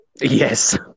Yes